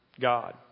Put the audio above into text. God